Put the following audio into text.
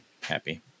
happy